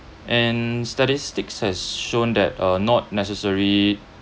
and statistics has shown that uh not necessarily